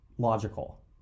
Logical